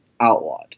outlawed